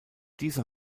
diese